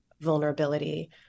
vulnerability